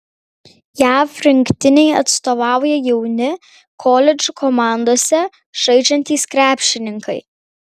jav rinktinei atstovauja jauni koledžų komandose žaidžiantys krepšininkai